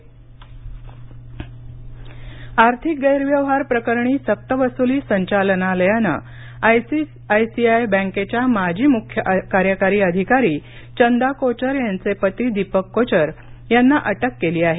कोचर अटक आर्थिक गैरव्यवहार प्रकरणी सक्तवसूली संचालनालयानं आयसीआयसीआय बँकेच्या माजी मूख्य कार्यकारी अधिकारी चंदा कोचर यांचे पती दीपक कोचर यांना अटक केली आहे